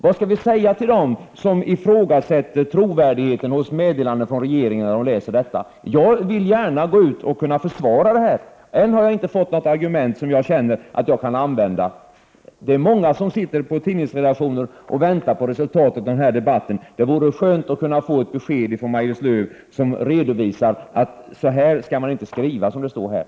Vad skall vi säga till dem som ifrågasätter trovärdigheten hos meddelanden från regeringen när de läser detta? Jag vill ju gärna kunna gå ut och försvara meddelandet, men än har jag inte fått något argument som jag känner att jag kan använda. Det är många som sitter på tidningsredaktioner och väntar på resultatet av den här debatten. Det vore skönt att kunna få ett besked från Maj-Lis Lööw som redovisar att så som det står här skall man inte skriva.